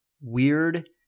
weird